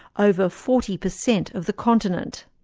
over forty percent of the continent.